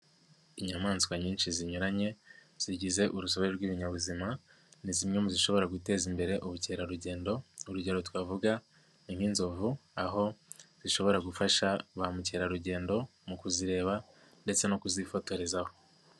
Inyamaswa nyinshi zinyuranye, zigize urusobe rw'ibinyabuzima ni zimwe mu zishobora guteza imbere ubukerarugendo. Urugero twavuga ni nk'inzovu aho zishobora gufasha ba mukerarugendo mu kuzireba ndetse no kuzifotorezaho.